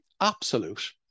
absolute